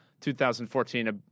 2014